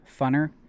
funner